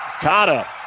Kata